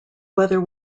weather